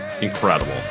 incredible